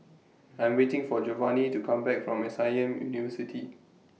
I Am waiting For Jovanni to Come Back from S I M University